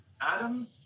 Adam